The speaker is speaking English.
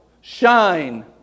Shine